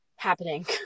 happening